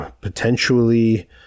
potentially